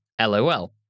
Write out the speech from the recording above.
LOL